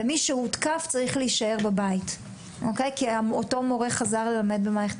ומי שהותקף צריך להישאר בבית כי אותו מורה חזר ללמד במערכת